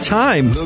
time